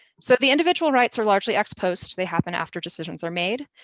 so the individual rights are largely ex-post, they happen after decisions are made,